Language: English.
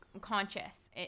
conscious